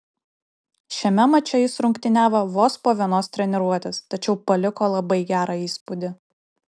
šiame mače jis rungtyniavo vos po vienos treniruotės tačiau paliko labai gerą įspūdį